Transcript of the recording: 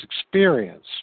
experience